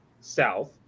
South